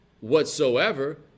whatsoever